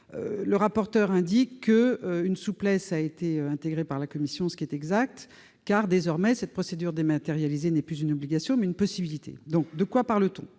le corapporteur indique qu'une souplesse a été intégrée par la commission, ce qui est exact, car désormais le recours à la procédure dématérialisée n'est plus une obligation, mais une possibilité. Il faut toutefois